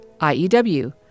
IEW